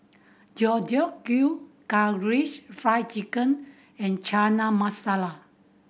Deodeok Gui Karaage Fried Chicken and Chana Masala